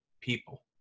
people